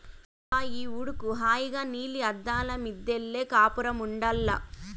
ఏందబ్బా ఈ ఉడుకు హాయిగా నీలి అద్దాల మిద్దెలో కాపురముండాల్ల